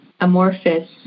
amorphous